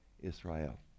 Israel